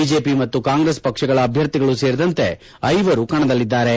BJP ಮತ್ತು Congress ಪಕ್ಷಗಳ ಅಭ್ಯರ್ಥಿಗಳು ಸೇರಿದಂತೆ ಐವರು ಕಣದಲ್ಲಿದ್ದಾರೆ